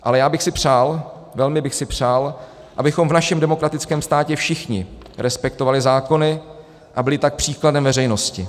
Ale já bych si přál, velmi bych si přál, abychom v našem demokratickém státě všichni respektovali zákony, a byli tak příkladem veřejnosti.